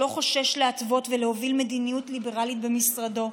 שלא חושש להתוות ולהוביל מדיניות ליברלית במשרדו,